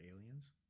aliens